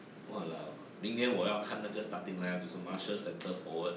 !walao! 明年我要那个 starting level 就是 marshall centre forward